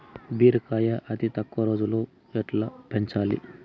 బీరకాయ అతి తక్కువ రోజుల్లో ఎట్లా పెంచాలి?